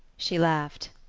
she laughed.